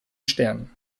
sternen